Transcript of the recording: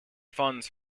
funds